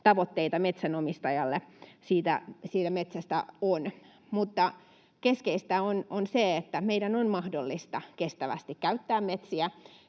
tavoitteita metsänomistajalle siitä metsästä on, mutta keskeistä on se, että meidän on mahdollista kestävästi käyttää metsiä